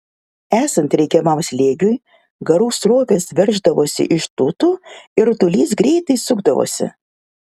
esant reikiamam slėgiui garų srovės verždavosi iš tūtų ir rutulys greitai sukdavosi